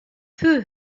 peu